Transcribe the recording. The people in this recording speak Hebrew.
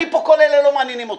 אני פה כל אלה לא מעניינים אותי.